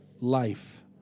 life